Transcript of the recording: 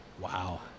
Wow